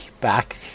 back